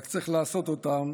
רק צריך לעשות אותם